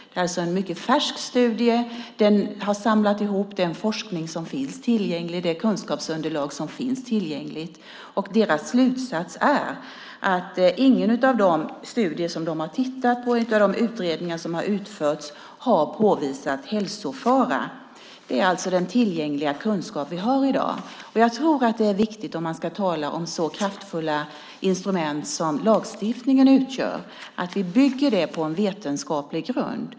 Det är alltså en mycket färsk studie. Den har samlat ihop den forskning och det kunskapsunderlag som finns tillgängligt. Deras slutsats är att ingen av de studier som de har tittat på eller de utredningar som har utförts har påvisat hälsofara. Det är den tillgängliga kunskap vi har i dag. Om man ska tala om så kraftfulla instrument som lagstiftningen utgör är det viktigt att vi bygger det på vetenskaplig grund.